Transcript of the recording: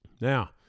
now